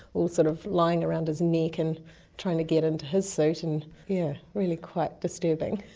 all sort of lying around his neck and trying to get into his suit. and yeah really quite disturbing.